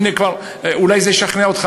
אולי זה ישכנע אותך,